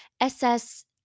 SS